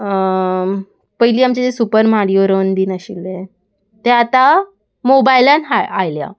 पयलीं आमचे जें सुपर मारियो रन बीन आशिल्ले ते आतां मोबायलान आयल्या